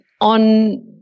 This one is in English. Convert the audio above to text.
on